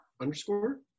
underscore